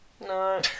No